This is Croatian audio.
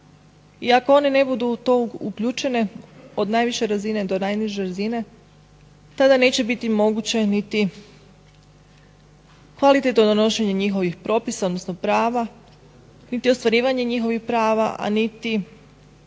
i ako one ne budu u to uključene od najviše razine do najniže razine tada neće biti moguće niti kvalitetno donošenje njihovih propisa odnosno prava niti ostvarivanje njihovih prava, a niti